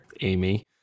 Amy